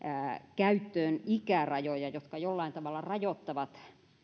käyttöön ikärajoja jotka jollain tavalla rajoittavat